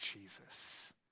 Jesus